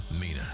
mina